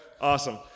Awesome